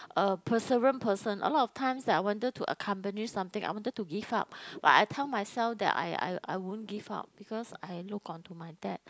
a perseverance person a lot of times I wanted to accompany something I wanted to give up but I tell myself that I I I won't give up because I look onto my dad